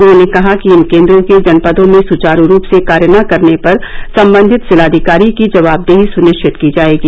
उन्होंने कहा कि इन केन्द्रों के जनपदों में सुचारू रूप से कार्य न करने पर सम्बन्धित जिलाधिकारी की जवाबदेही सुनिश्चित की जायेगी